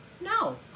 No